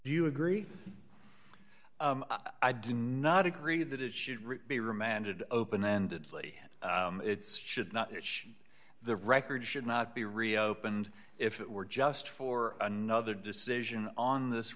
do you agree i do not agree that it should be remanded open ended fully its should not which the record should not be reopened if it were just for another decision on this